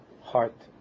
heart